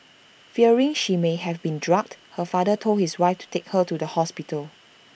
fearing she may have been drugged her father told his wife to take her to the hospital